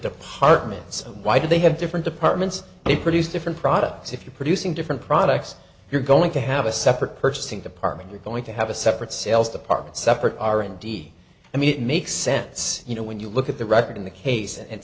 departments so why do they have different departments they produce different products if you're producing different products you're going to have a separate purchasing department you're going to have a separate sales department separate r and d i mean it makes sense you know when you look at the record in the case